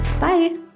Bye